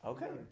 Okay